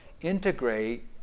integrate